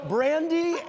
Brandy